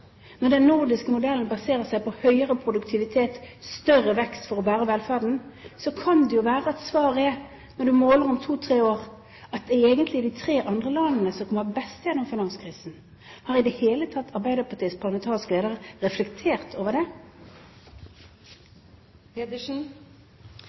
når den baserer seg på høyere produktivitet, større vekst for å bære velferden, kan det jo være at svaret er, når du måler om to–tre år, at det egentlig er de tre andre landene som vil komme best gjennom finanskrisen. Har Arbeiderpartiets parlamentariske leder i det hele tatt reflektert over det?